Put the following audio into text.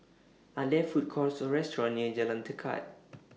Are There Food Courts Or restaurants near Jalan Tekad